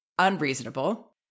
unreasonable